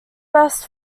best